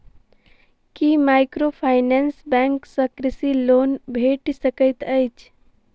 की microfinance bank सँ कृषि loan भेटि सकैत अछि?